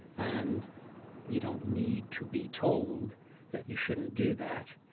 and you don't need to be told that you shouldn't do that.